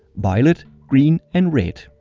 violet, green and red.